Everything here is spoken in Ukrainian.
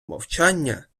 мовчання